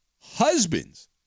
Husbands